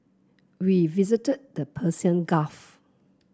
we visited the Persian Gulf